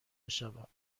بشوم